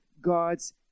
God's